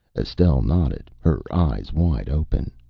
estelle nodded. her eyes wide open.